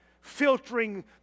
filtering